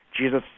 Jesus